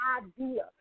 idea